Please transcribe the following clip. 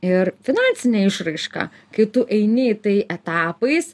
ir finansinė išraiška kai tu eini į tai etapais